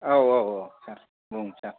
औ औ औ सार बुं सार